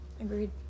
agreed